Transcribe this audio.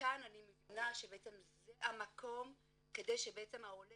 כאן אני מבינה שבעצם זה המקום כדי שהעולה